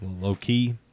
low-key